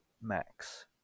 max